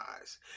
eyes